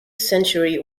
century